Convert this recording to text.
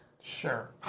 Sure